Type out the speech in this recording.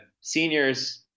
seniors